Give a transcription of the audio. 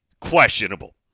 questionable